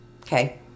okay